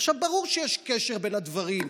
עכשיו ברור שיש קשר בין הדברים.